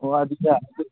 ꯑꯣ ꯑꯗꯨꯗꯤ ꯑꯗꯨ